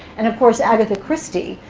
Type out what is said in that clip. and of course, agatha christie,